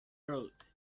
road